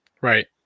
Right